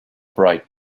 bright